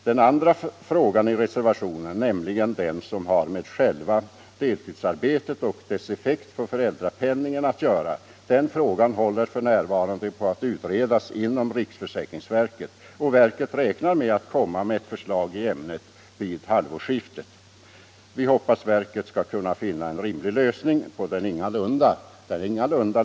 Den andra frågan i reservationen, den som har med själva deltidsarbetet och dess effekt på föräldrapenningen att göra, håller f. n. på att utredas inom riksförsäkringsverket, och verket räknar med att kunna lägga fram förslag i ämnet i halvårsskiftet. Vi hoppas att man då skall kunna finna en rimlig lösning på denna ingalunda lättlösta fråga.